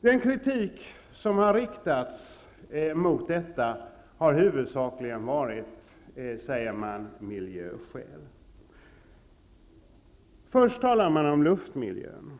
Den kritik som har riktats mot detta har huvudsakligen grundats på miljöskäl. Först talar man om luftmiljön.